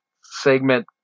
segment